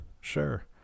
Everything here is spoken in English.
Sure